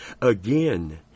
Again